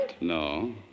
No